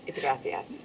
Gracias